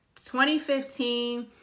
2015